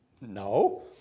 No